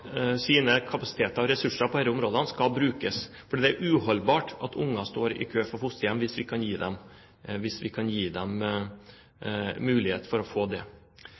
brukes. Det er uholdbart at unger står i kø for å få fosterhjem hvis vi kan gi dem mulighet for å få det.